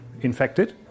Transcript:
infected